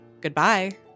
goodbye